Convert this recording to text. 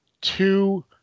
two